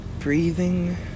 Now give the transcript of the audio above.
Breathing